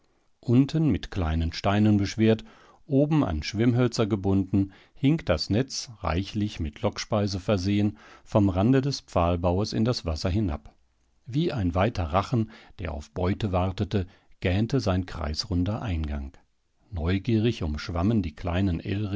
unten mit kleinen steinen beschwert oben an schwimmhölzer gebunden hing das netz reichlich mit lockspeise versehen vom rande des pfahlbaues in das wasser hinab wie ein weiter rachen der auf beute wartete gähnte sein kreisrunder eingang neugierig umschwammen die kleinen